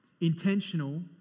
intentional